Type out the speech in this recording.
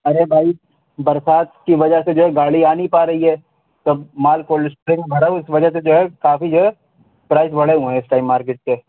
ارے بھائی برسات کی وجہ سے جو ہے گاڑی آ نہیں پا رہی ہے تو مال کولڈ اسٹوریج میں بھرا ہوا ہے اس وجہ سے جو ہے کافی جو ہے پرائس بڑھے ہوئے ہیں اس ٹائم مارکیٹ کے